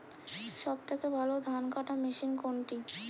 সবথেকে ভালো ধানকাটা মেশিন কোনটি?